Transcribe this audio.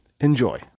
Enjoy